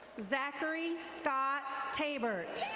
zachary scott tabert.